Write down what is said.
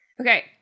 Okay